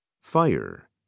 fire